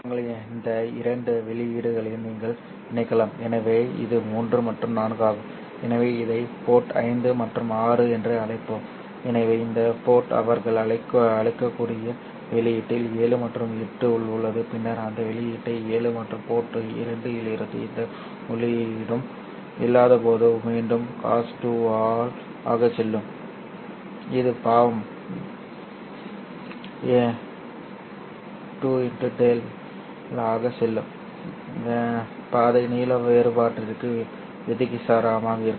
துறைமுகங்களில் இந்த இரண்டு வெளியீடுகளையும் நீங்கள் இணைக்கலாம் எனவே இது 3 மற்றும் 4 ஆகும் எனவே இதை போர்ட் 5 மற்றும் 6 என்று அழைப்போம் எனவே இந்த போர்ட் அவர்கள் அழைக்கக்கூடிய வெளியீட்டில் 7 மற்றும் 8 உள்ளது பின்னர் அந்த வெளியீட்டை 7 மற்றும் போர்ட் 2 இலிருந்து எந்த உள்ளீடும் இல்லாதபோது மீண்டும் cos2 as ஆக செல்லும் இது பாவம் 2 δ ஆக செல்லும் சரி where பாதை நீள வேறுபாட்டிற்கு விகிதாசாரமாக இருக்கும்